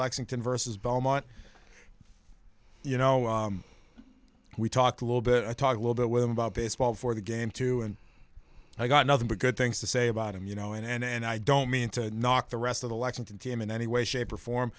lexington versus belmont you know we talked a little bit talk a little bit with him about baseball for the game too and i got nothing but good things to say about him you know and i don't mean to knock the rest of the lexington team in any way shape or